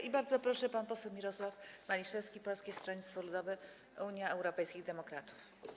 I bardzo proszę, pan poseł Mirosław Maliszewski, Polskie Stronnictwo Ludowe - Unia Europejskich Demokratów.